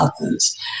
others